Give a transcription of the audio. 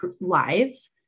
lives